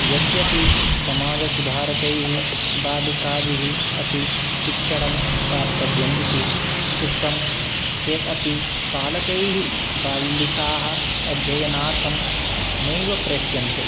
यद्यपि समाजसुधारकैः बालिकाभिः अपि शिक्षणं प्राप्तव्यम् इति उक्तं चेत् अपि पालकैः बालिकाः अध्ययनार्थं नैव प्रेष्यन्ते